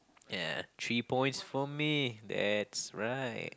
yeah three points for me that's right